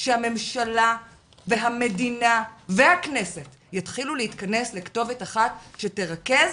שהממשלה והמדינה והכנסת יתחילו להתכנס לכתובת אחת שתרכז